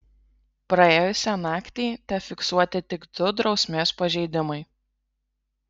praėjusią naktį tefiksuoti tik du drausmės pažeidimai